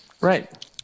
Right